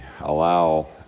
allow